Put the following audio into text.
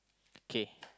kay